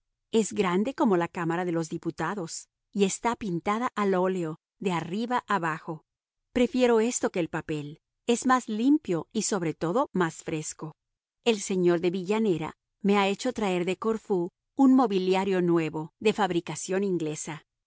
es grande como la cámara de los diputados y está pintada al óleo de arriba abajo prefiero esto que el papel es más limpio y sobre todo más fresco el señor de villanera me ha hecho traer de corfú un mobiliario nuevo de fabricación inglesa